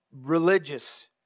religious